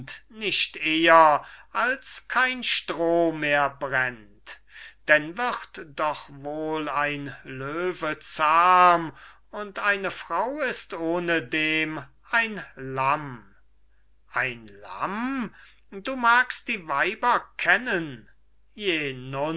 nicht eher als kein stroh mehr brennt denn wird doch wohl ein löwe zahm und eine frau ist ohnedem ein lamm ein lamm du magst die weiber kennen